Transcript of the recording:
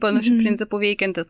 panašiu principu veikiantis